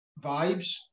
vibes